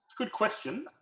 good question